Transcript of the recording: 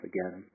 Again